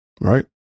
Right